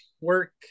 work